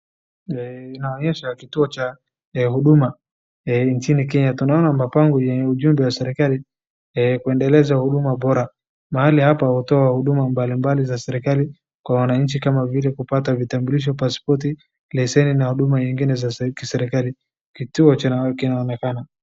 Inaonyesha kituo cha huduma nchini kenya, tunaona mabango yenye ujumbe wa serikali, kuendeleza huduma bora. Mahali hapa hutoa huduma mbalimbali za serikali kwa wananchi kama vile kupata vitambulisho, paspoti, leseni na huduma nyingine za serikali, kituo kinaonekana.